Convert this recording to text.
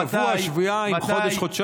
שבוע, שבועיים, חודש, חודשיים?